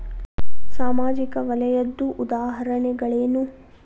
ಸಾಮಾಜಿಕ ವಲಯದ್ದು ಉದಾಹರಣೆಗಳೇನು?